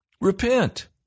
Repent